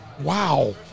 Wow